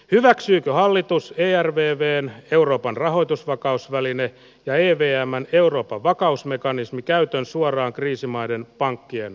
hyväksyykö hallitus ja järven veneen euroopan rahoitusvakausvälineen leveämmän euroopan vakausmekanismi käytön suoraan kriisimaiden pankkien